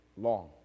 long